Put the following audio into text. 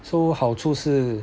so 好处是